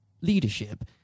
leadership